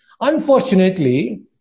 unfortunately